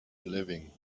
living